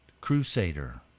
Crusader